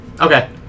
Okay